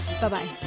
Bye-bye